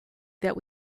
that